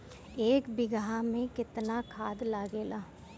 एक बिगहा में केतना खाद लागेला?